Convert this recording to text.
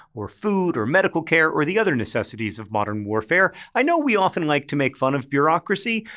or food, or medical care, or the other necessities of modern warfare. i know we often like to make fun of bureaucracy,